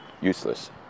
useless